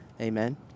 Amen